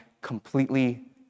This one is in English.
completely